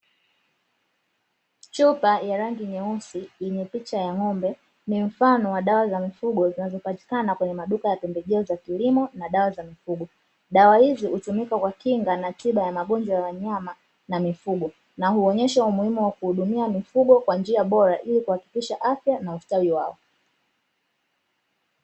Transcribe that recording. Chupa ya rangi nyeusi yenye picha ya ng'ombe, ni mfano wa dawa za mifugo zinazopatikana katika maduka ya pembejeo za kilimo na dawa za mifugo. Dawa hizi hutumika kwa kinga na tiba ya magonjwa ya wanyama na mifugo na huonyesha umuhimu wa kuhudumia mifugo kwa njia bora ili kuhakikisha afya na ustawi wao.